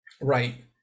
Right